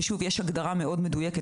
יש הגדרה מדויקת